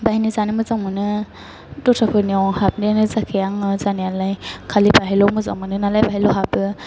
बेवहायनो जानो मोजां मोनो दस्राफोरनियाव हाबनायानो जाखाया आङो जानायालाय खालि बेवहायल' मोजां मोनो नालाय बेवहायल' हाबो